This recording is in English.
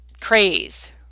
craze